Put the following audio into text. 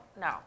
no